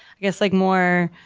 i guess like more